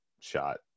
shot